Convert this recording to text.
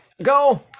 Go